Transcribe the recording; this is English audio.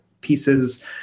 pieces